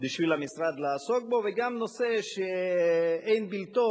בשביל המשרד לעסוק בו וגם נושא שאין בלתו,